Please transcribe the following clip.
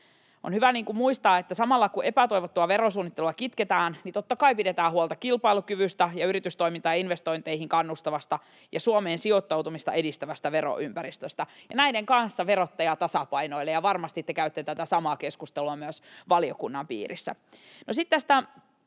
On hyvä muistaa, että samalla kun epätoivottua verosuunnittelua kitketään, totta kai pidetään huolta kilpailukyvystä ja yritystoimintaan ja investointeihin kannustavasta ja Suomeen sijoittautumista edistävästä veroympäristöstä. Näiden kanssa verottaja tasapainoilee, ja varmasti te käytte tätä samaa keskustelua myös valiokunnan piirissä. No sitten tästä